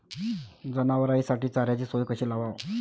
जनावराइसाठी चाऱ्याची सोय कशी लावाव?